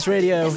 Radio